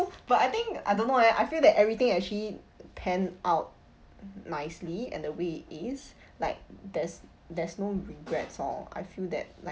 but I think I don't know eh I feel that everything actually panned out nicely and the way it is like there's there's no regrets hor I feel that like